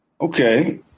Okay